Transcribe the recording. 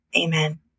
amen